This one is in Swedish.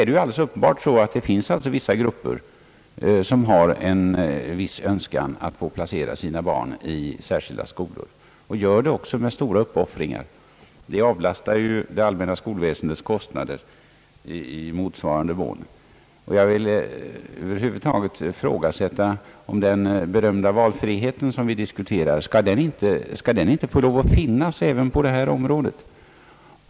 Det är alldeles uppenbart att det finns grupper av människor som har en viss önskan att placera sina barn i särskilda skolor och även gör det med stora uppoffringar. Det avlastar det allmänna skolväsendet kostnader i motsvarande mån. Jag ifrågasätter över huvud taget om den berömda valfriheten som vi diskuterar inte skall få finnas även på detta område.